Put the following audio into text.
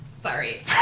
Sorry